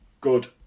good